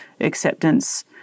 acceptance